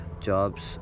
jobs